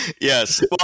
Yes